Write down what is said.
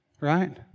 right